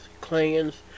clans